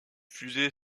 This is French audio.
fusée